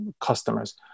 customers